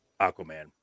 Aquaman